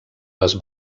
les